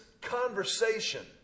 conversation